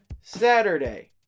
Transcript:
Saturday